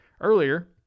earlier